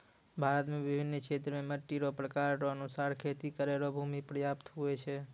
भारत मे बिभिन्न क्षेत्र मे मट्टी रो प्रकार रो अनुसार खेती करै रो भूमी प्रयाप्त हुवै छै